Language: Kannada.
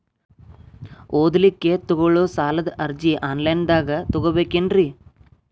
ಓದಲಿಕ್ಕೆ ತಗೊಳ್ಳೋ ಸಾಲದ ಅರ್ಜಿ ಆನ್ಲೈನ್ದಾಗ ತಗೊಬೇಕೇನ್ರಿ?